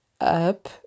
up